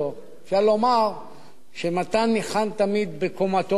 אפשר לומר שמתן ניחן תמיד בקומתו הרמה.